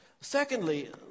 Secondly